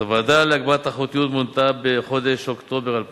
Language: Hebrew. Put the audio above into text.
הוועדה להגברת התחרותיות מונתה בחודש אוקטובר 2010